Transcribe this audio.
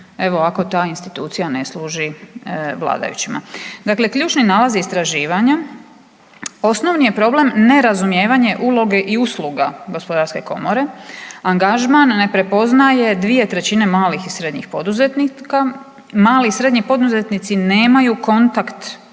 evo ako ta institucija ne služi vladajućima. Dakle, ključni nalazi istraživanja osnovni je problem nerazumijevanje uloge i usluga Gospodarske komore, angažman ne prepoznaje dvije trećine malih i srednjih poduzetnika, mali i srednji poduzetnici nemaju kontakt